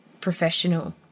professional